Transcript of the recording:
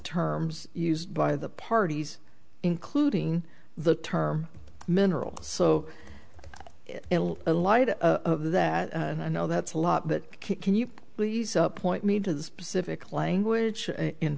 terms used by the parties including the term mineral so ill a lot of that i know that's a lot but can you please up point me to the specific language in